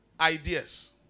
ideas